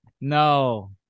No